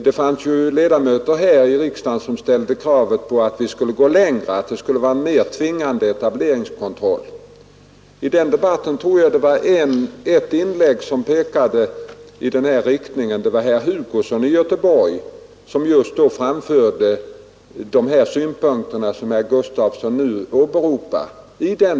Det fanns ju ledamöter i riksdagen som ställde krav på att vi skulle gå längre, att det skulle vara mer tvingande etableringskontroll. I den debatten framförde herr Hugosson de synpunkter som herr Gustafson i Göteborg nu åberopar.